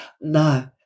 No